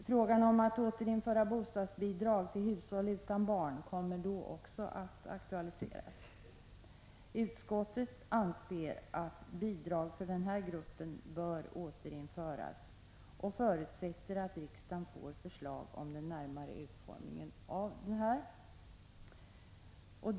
Frågan om att återinföra bostadsbidrag till hushåll utan barn kommer då också att aktualiseras. Utskottet anser att bidrag för denna grupp bör återinföras och förutsätter att riksdagen får förslag om den närmare utformningen av detta.